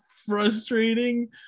frustrating